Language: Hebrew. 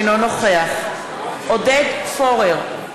אינו נוכח עודד פורר,